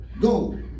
go